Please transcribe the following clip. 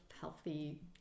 healthy